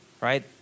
right